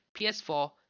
PS4